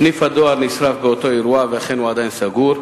סניף הדואר נשרף באותו אירוע ואכן הוא עדיין סגור.